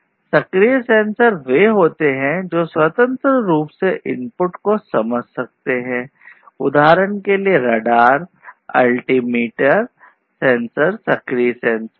सक्रिय सेंसर सक्रिय सेंसर है